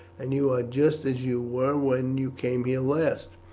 and you are just as you were when you came here last.